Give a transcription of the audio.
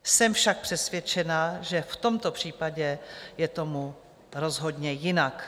Jsem však přesvědčená, že v tomto případě je tomu rozhodně jinak.